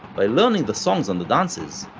by learning the songs and the dances,